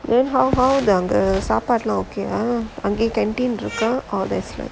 then how how the அங்க சாப்பாடு எல்லா:anga saapaadu ellaa okay ah அங்க:anga canteen இருக்கா:irukkaa